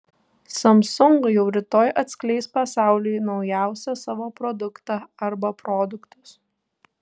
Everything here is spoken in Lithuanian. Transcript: samsung jau rytoj atskleis pasauliui naujausią savo produktą arba produktus